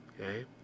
okay